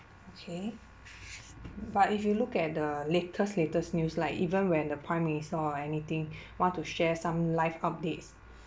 okay but if you look at the latest latest news like even when the prime minister or anything want to share some live updates